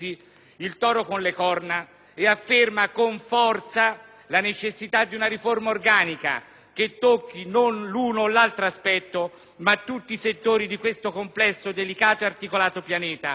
e afferma con forza la necessità di una riforma organica che tocchi non l'uno o l'altro aspetto, ma tutti i settori del complesso, delicato ed articolato mondo della giustizia,